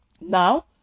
Now